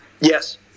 Yes